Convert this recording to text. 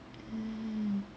mm